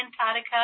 Antarctica